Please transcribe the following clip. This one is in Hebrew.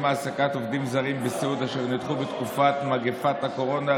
העסקת עובדים זרים בסיעוד אשר נדחו בתקופת מגפת הקורונה.